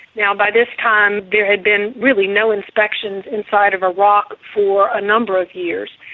yeah by this time there had been really no inspections inside of iraq for a number of years.